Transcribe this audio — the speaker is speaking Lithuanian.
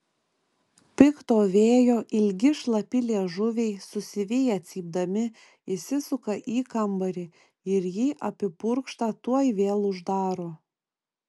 pikto vėjo ilgi šlapi liežuviai susiviję cypdami įsisuka į kambarį ir ji apipurkšta tuoj vėl uždaro